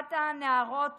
אחת הנערות